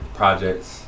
projects